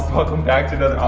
welcome back to